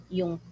yung